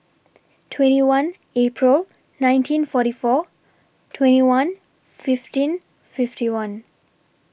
twenty one April nineteen forty four twenty one fifteen fifty one